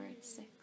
six